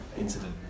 incident